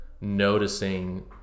noticing